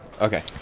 Okay